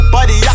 Buddy